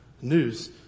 news